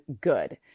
good